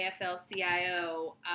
AFL-CIO